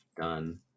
done